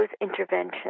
interventions